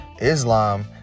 Islam